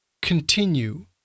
Continue